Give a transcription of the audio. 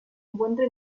encuentra